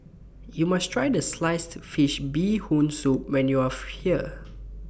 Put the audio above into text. YOU must tried Sliced Fish Bee Hoon Soup when YOU Are here